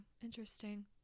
interesting